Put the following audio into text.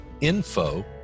info